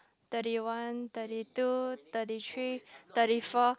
thirty one thirty two thirty three thirty four